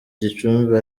gicumbi